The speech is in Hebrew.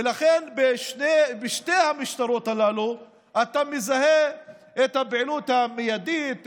ולכן בשתי המשטרות הללו אתה מזהה את הפעילות המיידית,